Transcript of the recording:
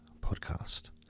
Podcast